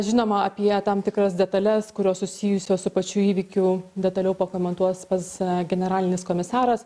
žinoma apie tam tikras detales kurios susijusios su pačiu įvykiu detaliau pakomentuos pats generalinis komisaras